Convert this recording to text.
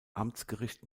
amtsgericht